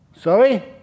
Sorry